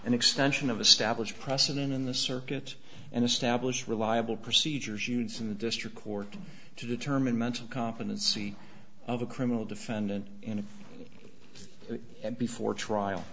an extension of a stablished precedent in the circuit and establish reliable procedures units in the district court to determine mental competency of a criminal defendant in a before trial